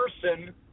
person